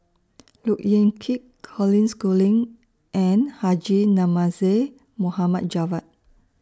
Look Yan Kit Colin Schooling and Haji Namazie Mohd Javad